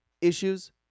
issues